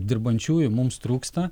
dirbančiųjų mums trūksta